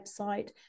website